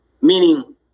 Meaning